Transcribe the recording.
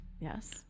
Yes